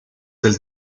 del